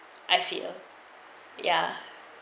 I feel ya